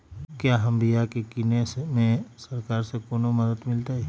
क्या हम बिया की किने में सरकार से कोनो मदद मिलतई?